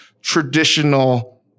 traditional